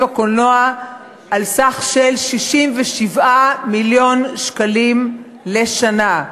הקולנוע על סכום של 67 מיליון שקלים לשנה.